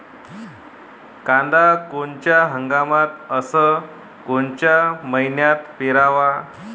कांद्या कोनच्या हंगामात अस कोनच्या मईन्यात पेरावं?